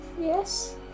yes